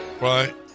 Right